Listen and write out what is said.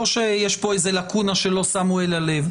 שיש פה איזו לקונה שלא שמו אליה לב.